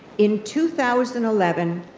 in two thousand and eleven,